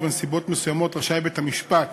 ובנסיבות מסוימות רשאי בית-המשפט